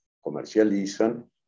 comercializan